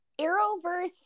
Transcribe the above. Arrowverse